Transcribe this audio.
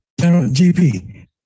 GP